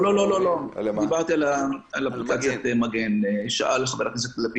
זה בעינך מצדיק את זה שעכשיו השב"כ יעקוב גם אחרי נהגים?